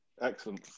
Excellent